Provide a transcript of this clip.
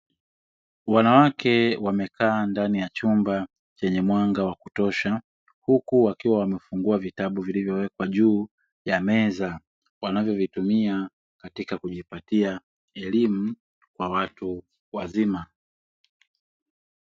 Wanawake wamekaa ndani ya chumba chenye mwanga wa kutosha huku wakiwa wanafungua vitabu vilivyowekwa juu ya meza wanavyovitumia katika kujipatia elimu kwa watu wazima.